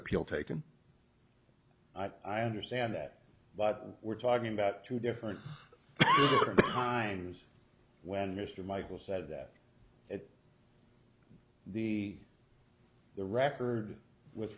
appeal taken i understand that but we're talking about two different times when mr michael said that at the the record with